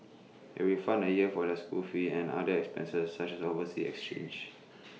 IT will fund A year for their school fees and other expenses such as overseas exchanges